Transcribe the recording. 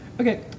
Okay